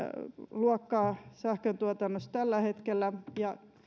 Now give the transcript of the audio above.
luokkaa sähkön tuotannosta tällä hetkellä ja